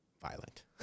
violent